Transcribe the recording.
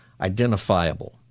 identifiable